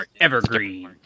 evergreen